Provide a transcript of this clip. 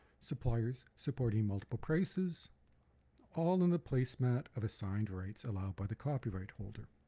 suppliers supporting multiple prices all in the placemat of assigned rights allowed by the copyright holder.